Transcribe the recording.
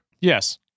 Yes